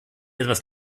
etwas